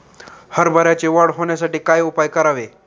हरभऱ्याची वाढ होण्यासाठी काय उपाय करावे?